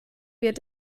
wird